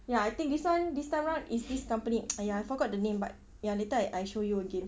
ya I think this [one] this time round is this company !aiya! I forgot the name but ya later I I show you again